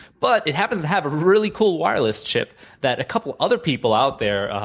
but it happens to have a really cool wireless chip that a couple of other people out there,